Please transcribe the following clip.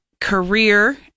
career